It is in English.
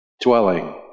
dwelling